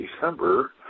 December